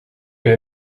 jij